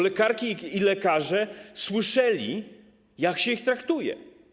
Lekarki i lekarze słyszeli, jak się ich traktuje.